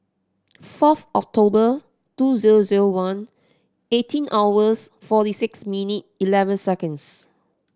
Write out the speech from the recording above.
fourth October two zero zero one eighteen hours forty six minute eleven seconds